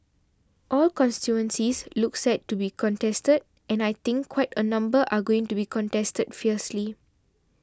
all constituencies look set to be contested and I think quite a number are going to be contested fiercely